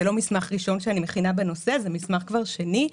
זה לא מסמך ראשון שאני מכינה בנושא, זה מסמך שני.